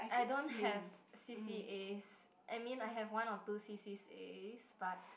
I don't have C_C_As I mean I have one or two C_C_As but